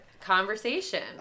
conversation